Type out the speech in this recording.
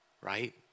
right